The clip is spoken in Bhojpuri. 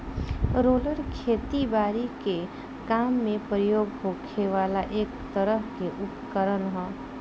रोलर खेती बारी के काम में प्रयोग होखे वाला एक तरह के उपकरण ह